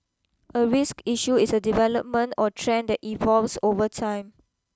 a risk issue is a development or trend that evolves over time